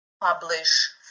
publish